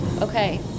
Okay